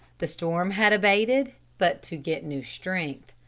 the storm had abated but to get new strength.